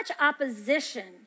opposition